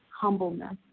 humbleness